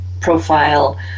profile